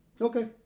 Okay